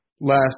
last